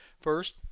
First